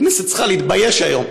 הכנסת צריכה להתבייש היום,